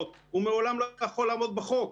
הוא מעולם לא יכול לעמוד בחוק,